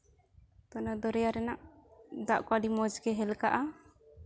ᱚᱱᱟ ᱫᱚᱨᱭᱟ ᱨᱮᱱᱟᱜ ᱫᱟᱜ ᱠᱚ ᱟᱹᱰᱤ ᱢᱚᱡᱽ ᱜᱮ ᱦᱮᱞᱠᱟᱜᱼᱟ